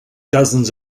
dozens